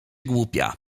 głupia